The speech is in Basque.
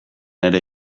ere